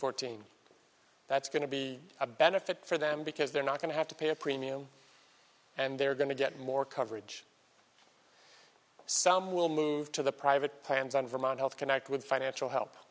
fourteen that's going to be a benefit for them because they're not going to have to pay a premium and they're going to get more coverage some will move to the private plans on vermont health connect with financial help